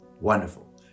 Wonderful